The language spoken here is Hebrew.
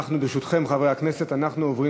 וברשותכם, חברי הכנסת, אנחנו עוברים